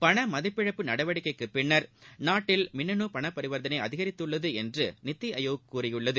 பண மதிப்பிழப்பு நடவடிக்கைக்குப் பின்னர் நாட்டில் மின்னனு பணப் பரிவர்த்தனை அதிகரித்துள்ளது என்று நித்தி ஆயோக் கூறியுள்ளது